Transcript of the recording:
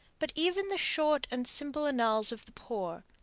but even the short and simple annals of the poor,